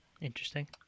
interesting